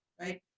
right